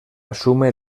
asume